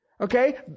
Okay